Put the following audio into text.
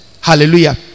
Hallelujah